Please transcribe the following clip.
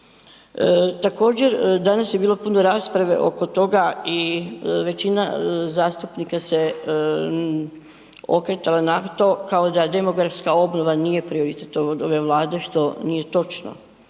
Također, danas je bilo puno rasprave oko toga i većina zastupnika se okretala na to kao da demografska obnova nije prioritet ove Vlade što nije točno.